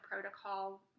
protocol